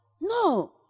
No